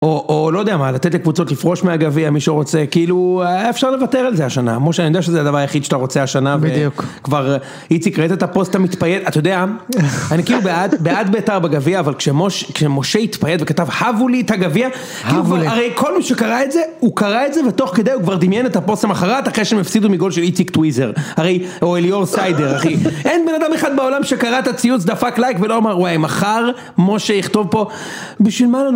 או, או לא יודע מה, לתת לקבוצות לפרוש מהגביע מי שרוצה, כאילו אפשר לוותר על זה השנה, למרות שאני יודע שזה הדבר היחיד שאתה רוצה השנה. בדיוק. וכבר איציק ראית את הפוסט המתפייט, אתה יודע, אני כאילו בעד, בעד ביתר בגביע, אבל כשמשה התפייט וכתב ״הבו לי את הגביע״, ״הבו לי״, הרי כל מי שקרא את זה, הוא קרא את זה, ותוך כדי הוא כבר דמיין את הפוסט למחרת, אחרי שהם הפסידו מגול של איציק טוויזר, או אליאור סיידר. אין בן אדם אחד בעולם שקרא את הציוץ, דפק לייק ולא אמר וואי מחר משה יכתוב פה ״בשביל מה לנו..״